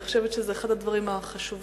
אני חושבת שזה אחד הדברים החשובים.